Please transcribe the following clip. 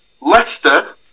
Leicester